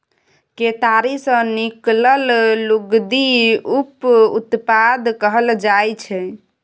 केतारी सँ निकलल लुगदी उप उत्पाद कहल जाइ छै